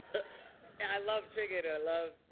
i love chicken and i love